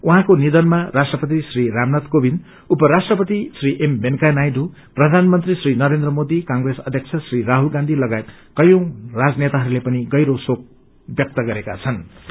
उहाँको निथनमा राष्ट्रपति श्री रामनाथ कोविन्द उपराष्ट्रपति वेकैया नायड्र प्रधानमंत्री श्री नरेन्द्र मोदी कंग्रेस अध्यक्ष श्री राहुलगांधी लगायत कयौं राजनेताहरूले पनि गहिरो शोक व्यक्त गरेका छनु